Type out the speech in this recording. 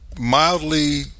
mildly